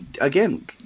again